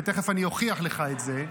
ותכף אני אוכיח לך את זה,